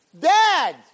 Dad